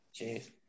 Jeez